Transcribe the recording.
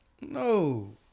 No